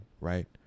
right